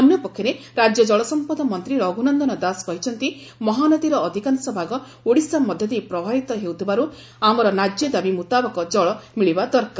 ଅନ୍ୟପକ୍ଷରେ ରାକ୍ୟ ଜଳସମ୍ମଦ ମନ୍ତୀ ରଘୁନନ୍ଦନ ଦାସ କହିଛନ୍ତି ମହାନଦୀର ଅଧିକାଂଶ ଭାଗ ଓଡିଶା ମଧ୍ଧ ଦେଇ ପ୍ରବାହିତ ହେଉଥିବା ଆମର ନ୍ୟାଯ୍ୟ ଦାବି ମୁତାବକ ଜଳ ମିଳିବା ଦରକାର